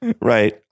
Right